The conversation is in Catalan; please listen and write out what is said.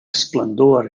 esplendor